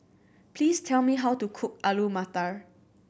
please tell me how to cook Alu Matar